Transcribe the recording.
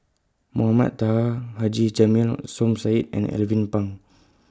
Mohamed Taha Haji Jamil Som Said and Alvin Pang